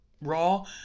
Raw